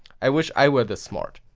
i wish i were this smart.